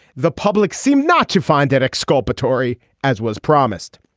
the public seemed not to find that exculpatory as was promised.